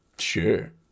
Sure